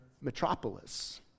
metropolis